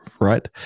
right